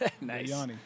Nice